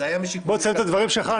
תסיים את הדברים שלך,